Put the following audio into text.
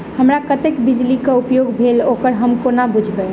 हमरा कत्तेक बिजली कऽ उपयोग भेल ओकर हम कोना बुझबै?